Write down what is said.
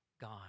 God